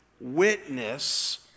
witness